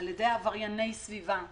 על ידי עברייני סביבה,